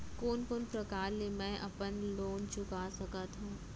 कोन कोन प्रकार ले मैं अपन लोन चुका सकत हँव?